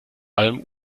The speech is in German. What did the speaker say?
allem